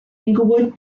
inglewood